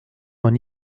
vingt